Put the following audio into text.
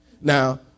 Now